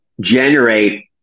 generate